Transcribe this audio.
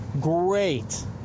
great